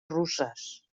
russes